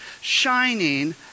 shining